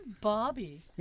Bobby